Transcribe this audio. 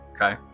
Okay